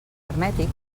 hermètic